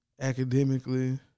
academically